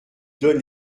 donne